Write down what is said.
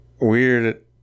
weird